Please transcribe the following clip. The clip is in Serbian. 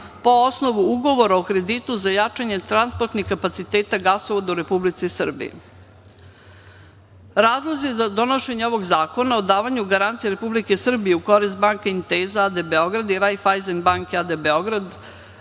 po osnovu Ugovora o kreditu za jačanje transportnih kapaciteta gasovoda u Republici Srbiji. Razlozi za donošenje ovog Zakona o davanju garancije Republike Srbije u korist „Banka Inteza“ a.d. Beograd i „Rajfajzen Banke“ a.d. Beograd,